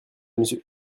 monsieur